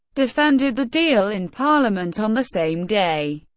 defended the deal in parliament on the same day.